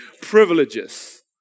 privileges